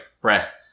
breath